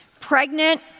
Pregnant